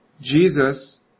Jesus